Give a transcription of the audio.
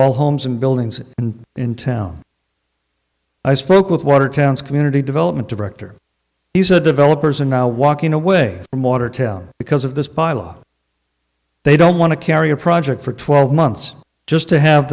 all homes and buildings in town i spoke with watertown's community development director he said developers are now walking away from watertown because of this bylaw they don't want to carry a project for twelve months just to have